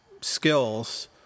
skills